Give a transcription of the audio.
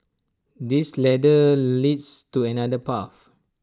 this ladder leads to another path